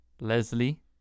Leslie